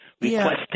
requesting